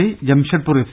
C Jamshedpur F